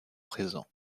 présent